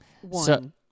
One